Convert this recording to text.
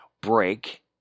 break